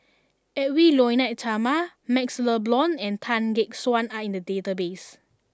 Edwy Lyonet Talma Maxle Blond and Tan Gek Suan are in the database